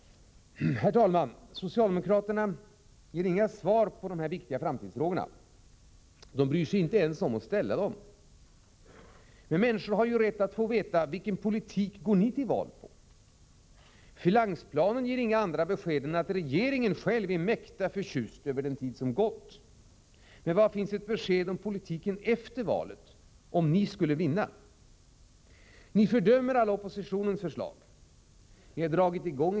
Herr talman! Socialdemokraterna ger inga svar på dessa viktiga framtidsfrågor. De bryr sig inte ens om att ställa dem. Men människor har ju rätt att få veta: Vilken politik går ni till val på? Finansplanen ger inga andra besked än att regeringen uppenbarligen är mäkta förtjust över den tid som gått. Men var finns ett besked om politiken efter valet, om socialdemokraterna skulle vinna? Oppositionens alla förslag fördöms.